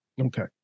Okay